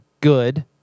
good